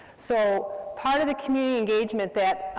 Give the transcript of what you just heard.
so part of the community engagement that